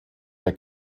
der